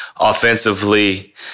Offensively